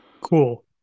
Cool